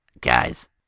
Guys